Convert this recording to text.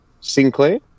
Sinclair